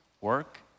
work